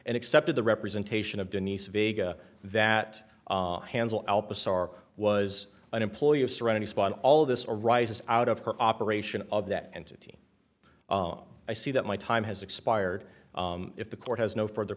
and accepted the representation of denise vega that handle alpa sar was an employee of serenity spawn all of this arises out of her operation of that entity i see that my time has expired if the court has no further